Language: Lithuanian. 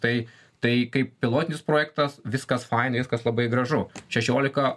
tai tai kaip pilotinis projektas viskas fainai viskas labai gražu šešiolika